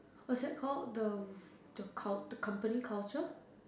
what's that called the the company culture